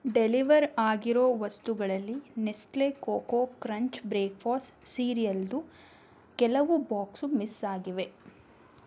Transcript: deliver ಆಗಿರೋ ವಸ್ತುಗಳಲ್ಲಿ Nestle coco crunch breakfast ಸೀರಿಯಲ್ದು ಕೆಲವು ಬೋಕ್ಸು ಮಿಸ್ ಆಗಿವೆ